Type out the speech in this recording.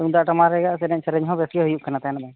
ᱛᱩᱢᱫᱟᱜ ᱴᱟᱢᱟᱠ ᱨᱮᱭᱟᱜ ᱮᱱᱮᱡ ᱥᱮᱨᱮᱧ ᱦᱚᱸ ᱵᱮᱥ ᱜᱮ ᱦᱩᱭᱩᱜ ᱠᱟᱱᱟ ᱛᱟᱦᱮᱱ ᱫᱚ